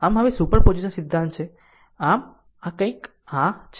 આમ હવે સુપરપોઝિશન સિદ્ધાંત છે આમ આ કંઈક આ છે